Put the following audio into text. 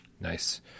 nice